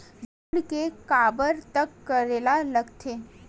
ऋण के काबर तक करेला लगथे?